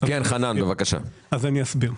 אסביר.